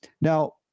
Now